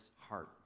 heart